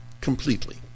Completely